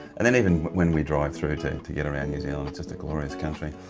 and and even when we drive through to get around new zealand, it's a glorious country.